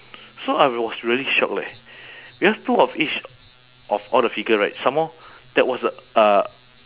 so I was really shocked leh because two of each of all the figure right some more that was the uh